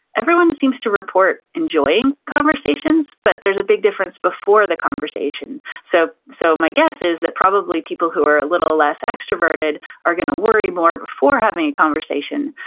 everyone seems to report enjoying conversations, but there's a big difference before the conversation. so, so my guess is that probably people who are a little less extroverted are gonna worry more before having a conversation,